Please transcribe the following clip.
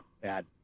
bad